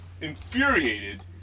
infuriated